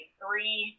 three